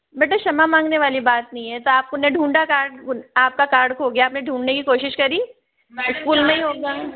बेटे क्षमा मांगने वाली बात नहीं है तो आपने ढूंढा कार्ड आपका कार्ड खो गया आपने ढूँढने की कोशिश करी स्कूल में ही होगा